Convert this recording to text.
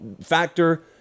factor